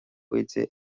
faide